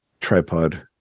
tripod